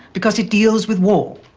because it deals with war.